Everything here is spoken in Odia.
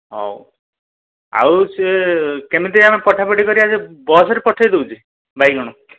ହଉ ଆଉ ସିଏ କେମିତି ଆମେ ପାଠାପଠି କରିଆ ବସରେ ପଠାଇଦେଦଉଛି ବାଇଗଣ